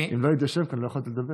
אם לא הייתי יושב כאן, לא יכולת לדבר.